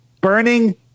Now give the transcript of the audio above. burning